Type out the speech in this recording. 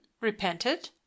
repented